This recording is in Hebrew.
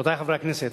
רבותי חברי הכנסת,